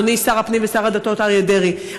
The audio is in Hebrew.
אדוני שר הפנים ושר הדתות אריה דרעי,